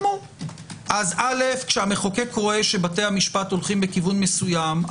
אז כשהחוקק רואה שבתי המשפט הולכים בכיוון מסוים,